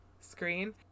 screen